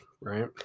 right